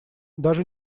даже